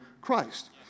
Christ